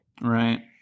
Right